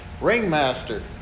ringmaster